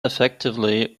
effectively